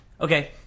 Okay